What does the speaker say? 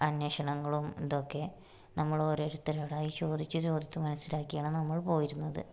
അന്വേഷണങ്ങളും ഇതും ഒക്കെ നമ്മൾ ഓരോരുത്തരോടായി ചോദിച്ചു ചോദിച്ച് മനസ്സിലാക്കിയാണ് നമ്മള് പോയിരുന്നത്